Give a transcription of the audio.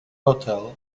hotel